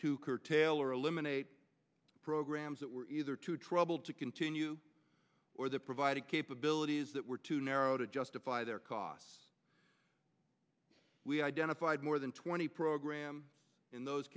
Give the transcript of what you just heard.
to curtail or eliminate programs that were either too troubled to continue or the provided capabilities that were to narrow to justify their costs we identified more than twenty program in those